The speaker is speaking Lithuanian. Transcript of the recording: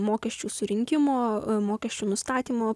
mokesčių surinkimo mokesčių nustatymo